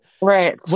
Right